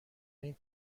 این